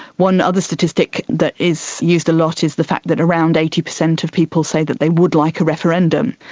one other statistic that is used a lot is the fact that around eighty percent of people say that they would like a referendum,